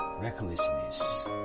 recklessness